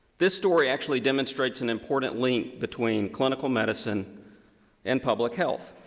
this story actually demonstrates an important link between clinical medicine and public health.